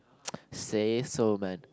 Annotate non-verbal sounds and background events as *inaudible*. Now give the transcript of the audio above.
*noise* say so man